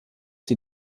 sie